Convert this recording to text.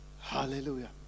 Hallelujah